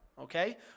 Okay